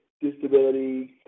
disability